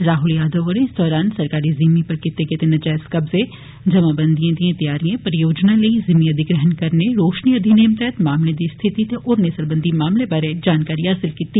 राहुल यादव होरें इस दौरान सरकारी जिमी पर कीते गेदे नाज़ायज कब्जे जामाबंदियें दियें तैयारियें परियोजनाएं लेई जिमी अधिग्रहण करने रोशनी अधिनियम तैहत मामलें दी स्थिति ते होरनें सरबंधी मामले बारै जानकारी हासल कीती